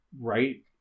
right